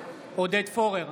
עודד פורר,